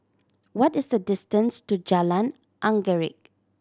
what is the distance to Jalan Anggerek